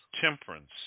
Temperance